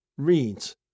Reads